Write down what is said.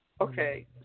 Okay